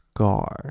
？Scar